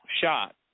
shot